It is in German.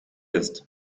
ist